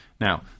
Now